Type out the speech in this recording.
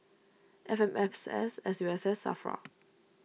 F M S S S U S S Safra